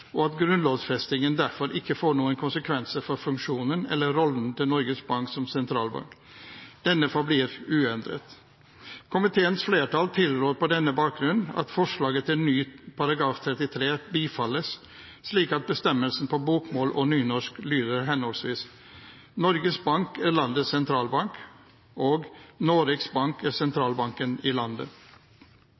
og at grunnlovfestingen derfor ikke får noen konsekvenser for funksjonen eller rollen til Norges Bank som sentralbank. Denne forblir uendret. Komiteens flertall tilrår på denne bakgrunn at forslaget til ny § 33 bifalles, slik at bestemmelsen på bokmål og nynorsk lyder henholdsvis: «Norges Bank er landets sentralbank. – Noregs Bank er sentralbanken i landet.»